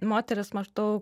moteris maždaug